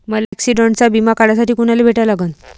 मले ॲक्सिडंटचा बिमा काढासाठी कुनाले भेटा लागन?